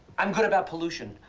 i'm good about pollution.